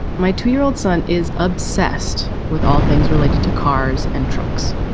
my two year old son is obsessed with all things related to cars and trucks.